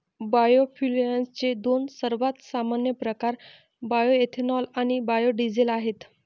बायोफ्युएल्सचे दोन सर्वात सामान्य प्रकार बायोएथेनॉल आणि बायो डीझेल आहेत